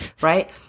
right